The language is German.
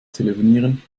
telefonieren